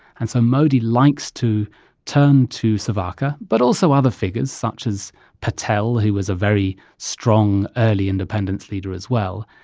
and so modi likes to turn to savarkar, but also other figures, such as patel, who was a very strong early independence leader, as well,